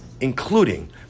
including